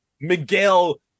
Miguel